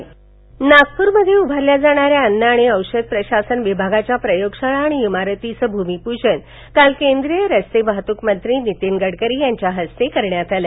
गडकरी नागप्रमध्ये उभारल्या जाणाऱ्या अन्न आणि औषध प्रशासन विभागाच्या प्रयोगशाळा आणि इमारतीचं भूमिपूजन काल केंद्रीय रस्ते वाहतुक मंत्री नितीन गडकरी यांच्या हस्ते करण्यात आलं